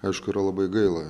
aišku yra labai gaila